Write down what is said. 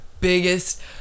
biggest